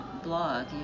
Blog